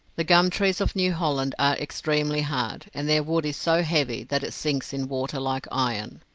the gum trees of new holland are extremely hard, and their wood is so heavy that it sinks in water like iron.